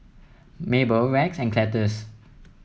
Mable Rex and Cletus